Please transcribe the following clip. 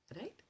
Right